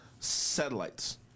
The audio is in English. Satellites